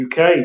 UK